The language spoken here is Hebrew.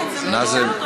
נאזם,